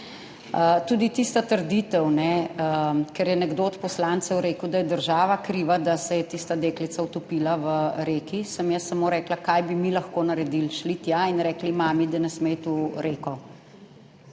Tudi tista trditev ne, ker je nekdo od poslancev rekel, da je država kriva, da se je tista deklica utopila v reki. Sem jaz samo rekla, kaj bi mi lahko naredili. Šli tja in rekli mami, da ne sme iti v reko.